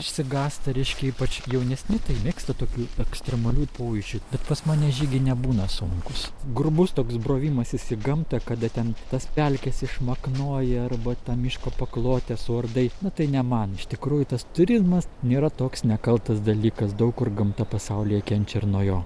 išsigąsta reiškia ypač jaunesni tai mėgsta tokių ekstremalių pojūčių bet pas mane žygiai nebūna sunkūs grubus toks brovimasis į gamtą kada ten tas pelkes išmaknoja arba tą miško paklotę suardai na tai ne man iš tikrųjų tas turizmas nėra toks nekaltas dalykas daug kur gamta pasaulyje kenčia nuo jo